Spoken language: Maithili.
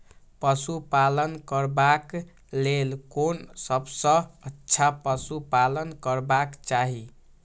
पशु पालन करबाक लेल कोन सबसँ अच्छा पशु पालन करबाक चाही?